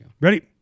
Ready